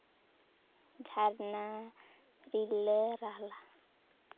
ᱡᱷᱟᱨᱱᱟ ᱨᱤᱞᱟᱹ ᱨᱟᱦᱞᱟ